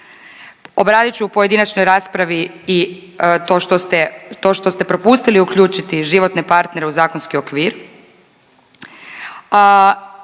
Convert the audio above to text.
Obradit ću u pojedinačnoj raspravi i to što ste propustili uključiti i životne partnere u zakonski okvir,